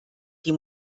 die